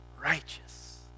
righteous